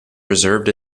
preserved